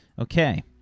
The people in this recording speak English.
Okay